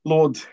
Lord